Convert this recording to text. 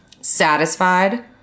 satisfied